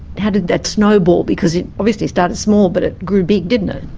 how did that snowball? because it obviously started small but it grew big, didn't it.